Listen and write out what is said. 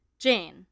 Jane